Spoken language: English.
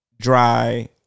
dry